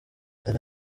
hari